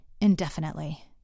indefinitely